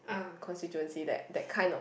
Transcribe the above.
constituency that that kind of